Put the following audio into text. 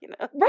Right